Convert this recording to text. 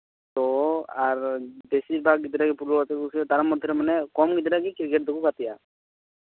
ᱟᱨ ᱵᱮᱥᱚᱨ ᱵᱷᱟᱜᱽ ᱜᱤᱫᱽᱨᱟᱹ ᱜᱮ ᱯᱷᱩᱴᱵᱚᱞ ᱜᱟᱛᱮᱜ ᱠᱚ ᱠᱩᱥᱤᱭᱟᱜᱼᱟ ᱛᱟᱨ ᱢᱚᱫᱽᱫᱷᱮ ᱨᱮ ᱢᱟᱱᱮ ᱠᱚᱢ ᱜᱤᱫᱽᱨᱟᱹᱜᱮ ᱠᱨᱤᱠᱮᱴ ᱫᱚᱠᱚ ᱜᱟᱛᱮᱜᱼᱟ